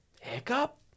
Hiccup